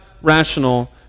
rational